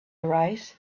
arise